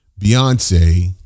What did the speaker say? Beyonce